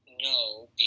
No